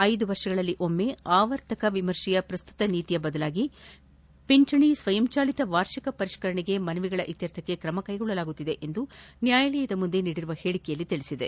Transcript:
ಐದು ವರ್ಷಗಳಲ್ಲಿ ಒಮ್ನ ಆವರ್ತಕ ವಿಮರ್ಶೆಯ ಶ್ರಸ್ತುತ ನೀತಿಯ ಬದಲಾಗಿ ಪಿಂಚಣಿ ಸ್ವಯಂಚಾಲಿತ ವಾರ್ಷಿಕ ಪರಿಷ್ತರಣೆಗೆ ಮನವಿಗಳ ಇತ್ಫರ್ಥಕ್ಕೆ ಕ್ರಮ ಕ್ಲೆಗೊಳ್ಳಲಾಗುತ್ತಿದೆ ಎಂದು ನ್ನಾಯಾಲಯದ ಮುಂದೆ ನೀಡಿರುವ ಹೇಳಿಕೆಯಲ್ಲಿ ತಿಳಿಸಿದೆ